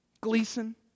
Gleason